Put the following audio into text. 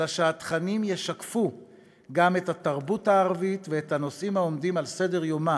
אלא שהתכנים ישקפו גם את התרבות הערבית ואת הנושאים העומדים על סדר-יומה